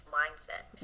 mindset